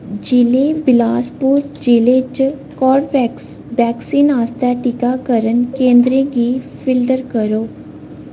जि'ले बिलासपुर जि'ले च कॉर्बेवैक्स वैक्सीन आस्तै टीकाकरण केंद्रें गी फिल्टर करो